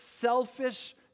selfish